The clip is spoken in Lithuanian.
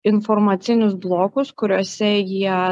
informacinius blokus kuriuose jie